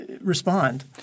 respond